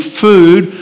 food